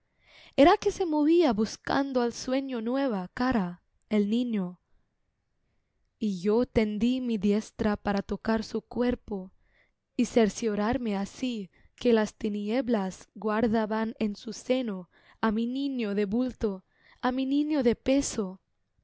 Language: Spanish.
era que se movía buscando al sueño nueva cara el niño y yo tendí mi diestra para tocar su cuerpo y cerciorarme así que las tinieblas guardaban en su seno á mi niño de bulto á mi niño de peso